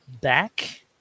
back